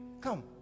Come